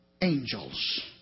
angels